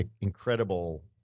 incredible